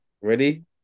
ready